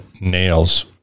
nails